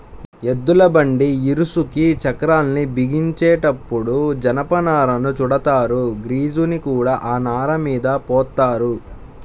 ఎద్దుల బండి ఇరుసుకి చక్రాల్ని బిగించేటప్పుడు జనపనారను చుడతారు, గ్రీజుని కూడా ఆ నారమీద పోత్తారు